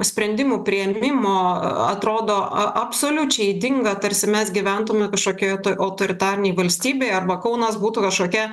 sprendimų priėmimo atrodo a absoliučiai ydinga tarsi mes gyventume kažkokioje autoritarinėj valstybėj arba kaunas būtų kažkokia